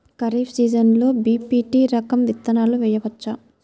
ఖరీఫ్ సీజన్లో బి.పీ.టీ రకం విత్తనాలు వేయవచ్చా?